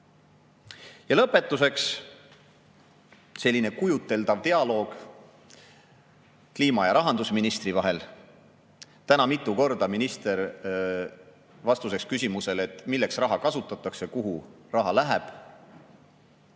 Lõpetuseks selline kujuteldav dialoog kliima‑ ja rahandusministri vahel. Täna vastas minister vastuseks küsimusele, milleks raha kasutatakse, kuhu raha läheb,